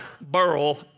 Burl